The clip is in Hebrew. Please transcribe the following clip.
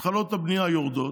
התחלות הבנייה יורדות.